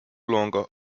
longer